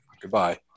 Goodbye